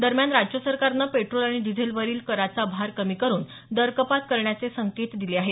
दरम्यान राज्य सरकारनं पेट्रोल आणि डिझेलवरील कराचा भार कमी करुन दर कपात करण्याचे संकेत दिले आहेत